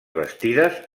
bastides